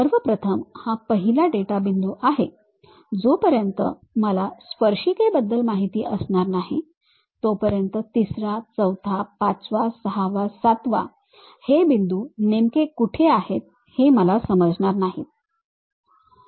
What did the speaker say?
सर्वप्रथम हा पहिला डेटा बिंदू आहे जोपर्यंत मला स्पर्शिकेबद्दल माहिती असणार नाही तोपर्यंत तिसरा चौथा पाचवा सहावा सातवा हे बिंदू नेमके कुठे आहेत हे मला समजणार नाहीत